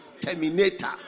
Terminator